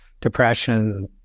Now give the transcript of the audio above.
depression